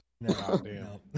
no